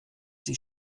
sie